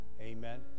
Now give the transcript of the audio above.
Amen